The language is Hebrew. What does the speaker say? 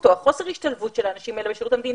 שההשתלבות או חוסר ההשתלבות של האנשים האלה בשירות המדינה,